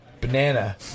banana